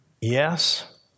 Yes